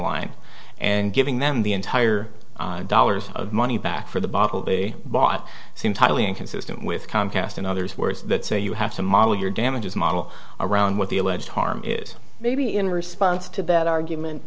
line and giving them the entire dollars of money back for the bottle they bought seem totally inconsistent with comcast and others words that say you have to model your damages model around with the alleged harm is maybe in response to that argument